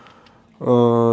uh